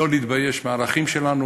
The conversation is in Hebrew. לא להתבייש בערכים שלנו,